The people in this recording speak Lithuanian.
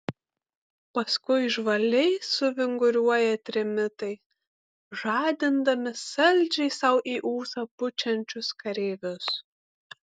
paskui žvaliai suvinguriuoja trimitai žadindami saldžiai sau į ūsą pučiančius kareivius